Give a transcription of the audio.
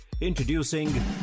introducing